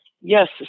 Yes